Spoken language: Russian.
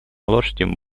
лошади